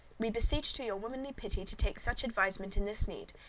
we beseech to your womanly pity to take such advisement in this need,